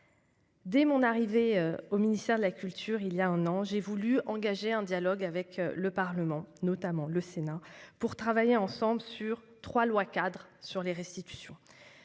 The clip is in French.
Dès mon arrivée au ministère de la culture, il y a un an, j'ai voulu engager un dialogue avec le Parlement, notamment avec le Sénat, pour travailler ensemble sur trois lois-cadres relatives aux restitutions.